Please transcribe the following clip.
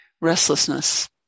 Restlessness